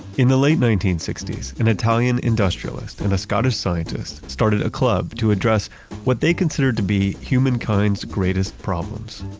in the late nineteen sixty s, italian industrialist and a scottish scientist started a club to address what they consider to be humankind's greatest problems.